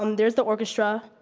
um there's the orchestra,